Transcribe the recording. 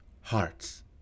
Hearts